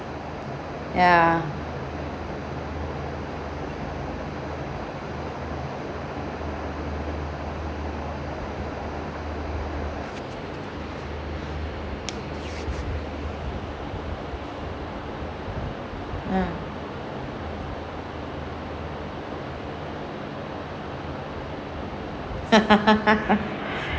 ya ah